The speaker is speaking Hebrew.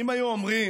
אם היו אומרים